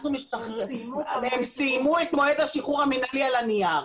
הם סיימו את מועד השחרור המנהלי על הנייר,